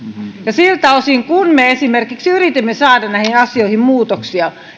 ja siltä osin kuin me esimerkiksi yritimme saada näihin asioihin muutoksia